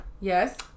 Yes